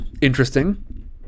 Interesting